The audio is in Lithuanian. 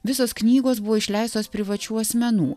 visos knygos buvo išleistos privačių asmenų